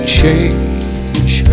change